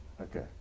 okay